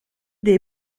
des